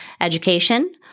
education